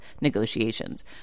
negotiations